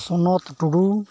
ᱥᱚᱱᱚᱛ ᱴᱩᱰᱩ